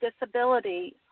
disability